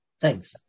Thanks